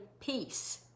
peace